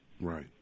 Right